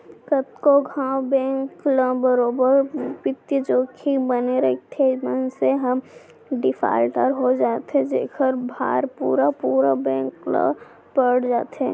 कतको घांव बेंक ल बरोबर बित्तीय जोखिम बने रइथे, मनसे ह डिफाल्टर हो जाथे जेखर भार पुरा पुरा बेंक ल पड़ जाथे